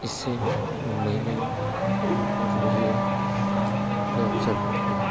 इससे महिलाएँ उनको रोज़गार का अवसर मिलते हैं